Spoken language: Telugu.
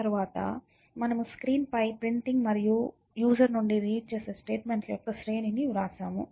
తర్వాత మనము స్క్రీన్పై ప్రింటింగ్ మరియు వినియోగదారు నుండి రీడ్ చేసే స్టేట్మెంట్ ల యొక్క శ్రేణిని వ్రాసాము